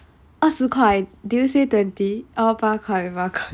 二十块 did you say twenty oh 八块八块